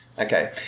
Okay